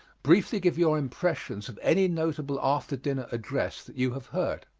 briefly give your impressions of any notable after-dinner address that you have heard.